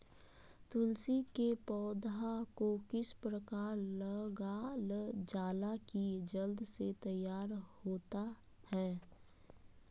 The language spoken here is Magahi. तुलसी के पौधा को किस प्रकार लगालजाला की जल्द से तैयार होता है?